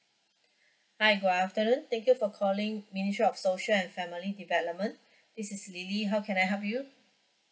hi good afternoon thank you for calling ministry of social and family development this is lily how can I help you